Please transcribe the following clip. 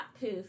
Poof